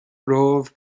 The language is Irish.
romhaibh